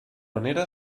manera